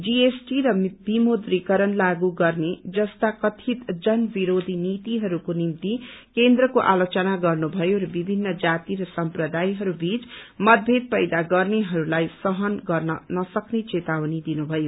GST र विमुद्रीकरण लागू गर्ने जस्ता कथित जन विरोधी नीतिहरूको निम्ति केन्द्रको आलोचना गर्नुभयो र विभिन्न जाति र सम्प्रदायहरू बीच मतभेद पैदा गर्नेहरूलाई सहन गर्न नसक्ने चेतावनी दिनुभयो